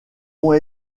ont